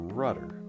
rudder